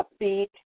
upbeat